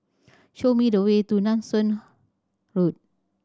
show me the way to Nanson Road